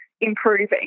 improving